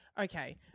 Okay